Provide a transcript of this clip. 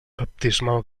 baptismal